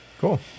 cool